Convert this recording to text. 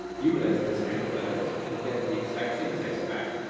you would enter a string of letters, and get the exact same text back.